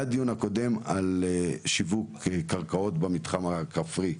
היה דיון הקודם על שיווק קרקעות במתחם הכפרי,